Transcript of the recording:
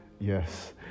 Yes